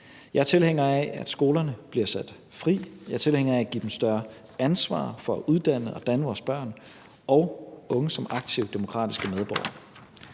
Jeg er tilhænger af, at skolerne bliver sat fri, jeg er tilhænger af at give dem større ansvar for at uddanne og danne vores børn, og jeg er tilhænger af unge som aktive demokratiske medborgere.